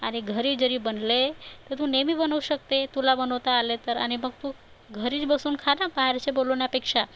आणि घरी जरी बनले तर तू नेहमी बनवू शकते तुला बनवता आले तर आणि मग तू घरीच बसून खा ना बाहेरचे बोलवण्यापेक्षा